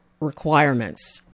requirements